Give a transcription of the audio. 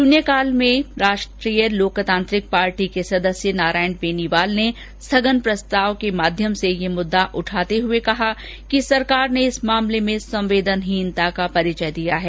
शून्यकाल में राष्ट्रीय लोकतांत्रिक पार्टी के सदस्य नारायण बेनीवाल ने स्थगन प्रस्ताव के माध्यम से यह मुददा उठाते हुए कहा कि सरकार ने इस मामले में संवेदनहीनता का परिचय दिया है